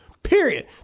Period